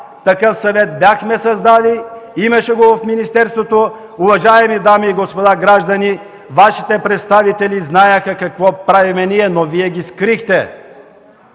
такъв съвет, имаше го в министерството, уважаеми дами и господа, граждани, Вашите представители знаеха какво правим ние”. Но Вие ги скрихте,